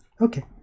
okay